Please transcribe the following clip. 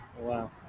Wow